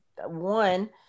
one